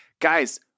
Guys